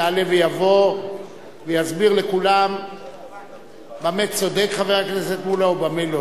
יעלה ויבוא ויסביר לכולם במה צודק חבר הכנסת מולה ובמה לא,